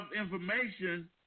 information